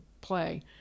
play